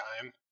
time